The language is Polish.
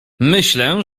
myślę